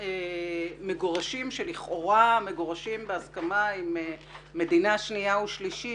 מגורשים שלכאורה מגורשים בהסכמה עם מדינה שנייה ושלישית,